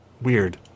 Weird